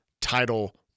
title